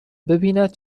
ببیند